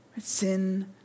Sin